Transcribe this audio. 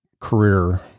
career